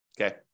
okay